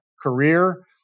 career